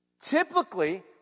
Typically